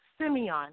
Simeon